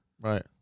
Right